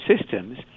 systems